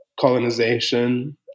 colonization